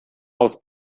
aus